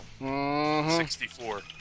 64